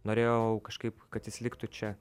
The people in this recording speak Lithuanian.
norėjau kažkaip kad jis liktų čia